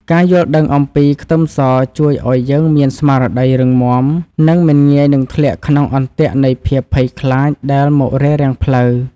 ការយល់ដឹងអំពីខ្ទឹមសជួយឱ្យយើងមានស្មារតីរឹងមាំនិងមិនងាយនឹងធ្លាក់ក្នុងអន្ទាក់នៃភាពភ័យខ្លាចដែលមករារាំងផ្លូវ។